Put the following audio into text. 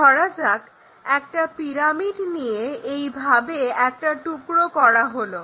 ধরা যাক একটা পিরামিড নিয়ে এইভাবে একটা টুকরো করা হলো